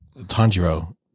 Tanjiro